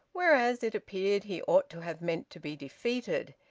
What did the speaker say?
whereas, it appeared, he ought to have meant to be defeated,